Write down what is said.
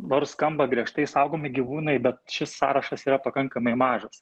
nors skamba griežtai saugomi gyvūnai bet šis sąrašas yra pakankamai mažas